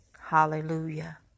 Hallelujah